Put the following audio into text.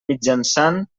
mitjançant